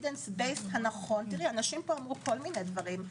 הנכון אנשים אמרו כל מיני דברים.